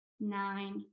nine